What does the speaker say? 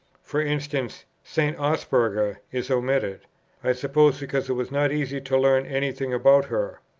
for instance st. osberga is omitted i suppose because it was not easy to learn any thing about her.